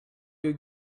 you